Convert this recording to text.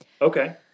Okay